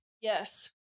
Yes